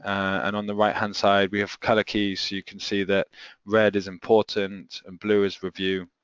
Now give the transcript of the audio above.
and on the right-hand side, we have colour keys. you can see that red is important and blue is review.